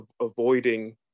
avoiding